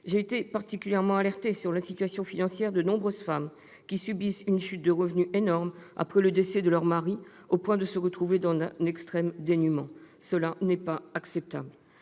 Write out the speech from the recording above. J'ai été particulièrement alertée sur la situation financière de nombreuses femmes, qui subissent une chute de revenus énorme après le décès de leur mari, au point de se retrouver dans un extrême dénuement. Ce n'est pas acceptable